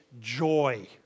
joy